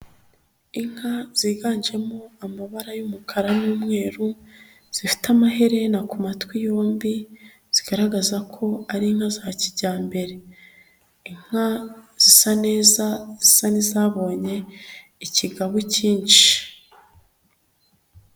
Inka ziganjemo amabara y'umukara n'umweru, zifite amaherena ku matwi yombi, zigaragaza ko ari inka za kijyambere, inka zisa neza zisa n'izabonye ikigabu kinshi.